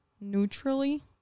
neutrally